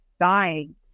dying